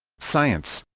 science